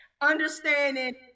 Understanding